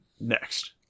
Next